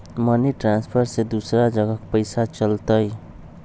Money transfer से दूसरा जगह पईसा चलतई?